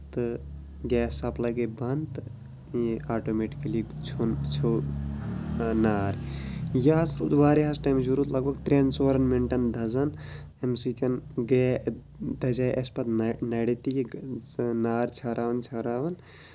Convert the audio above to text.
تہٕ gas supply گٔے بَند تہٕ یہِ آٹومٮ۪ٹِکٔلی ژھٮ۪ون ژھٮ۪و نار یہِ حظ روٗد واریاہَس ٹایمَس یہِ روٗد لگ بگ ترٛٮ۪ن ژورَن مِنٹَن دَزان اَمہِ سۭتۍ گٔیے دَزے اَسہِ پَتہٕ نَرِ نَرِ تہِ یہِ نار ژھٮ۪وراوان ژھٮ۪وراوان